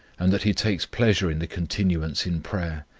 and that he takes pleasure in the continuance in prayer,